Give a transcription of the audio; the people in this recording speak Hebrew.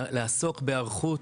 לעסוק בהיערכות,